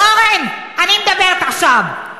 אורן, אני מדברת עכשיו.